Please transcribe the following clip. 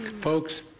Folks